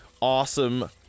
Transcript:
awesome